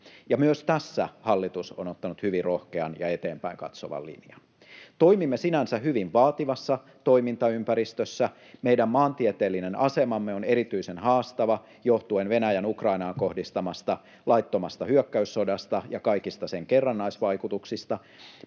myös tässä hallitus on ottanut hyvin rohkean ja eteenpäin katsovan linjan. Toimimme sinänsä hyvin vaativassa toimintaympäristössä. Meidän maantieteellinen asemamme on erityisen haastava johtuen Venäjän Ukrainaan kohdistamasta laittomasta hyökkäyssodasta ja kaikista sen kerrannaisvaikutuksista.